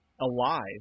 alive